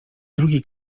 drugi